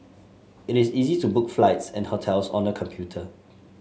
it is easy to book flights and hotels on the computer